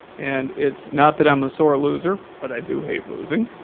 and it's not that i'm a sore loser. but i do hate losing.